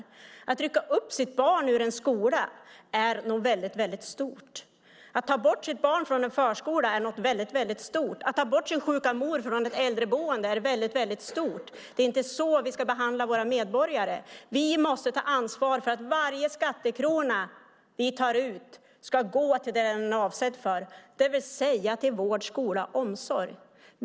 Men att rycka upp sitt barn ur en skola är någonting väldigt stort, likaså att ta bort sitt barn från en förskola eller sin sjuka mor från ett äldreboende. Det är inte så vi ska behandla våra medborgare. Vi måste ta ansvar för att varje skattekrona som tas ut går till vad den är avsedd för, det vill säga till vård, skola och omsorg.